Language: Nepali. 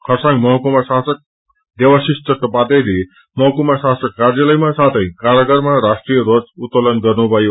खरसाङ महकुमा शासक देवााषिष चट्टोपाध्ययले महकुमा शासक कार्यलयामा साथै कारागारमा राष्ट्रिय ध्वज उत्तोलन गर्नुभयो